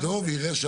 ויראה